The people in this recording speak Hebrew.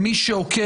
השר.